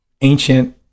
ancient